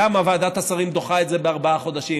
למה ועדת השרים דוחה את זה בארבעה חודשים?